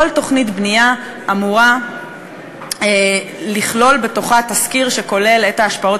כל תוכנית בנייה אמורה לכלול בתוכה תסקיר שכולל את ההשפעות